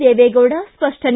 ದೇವೇಗೌಡ ಸ್ಪಷ್ಟನೆ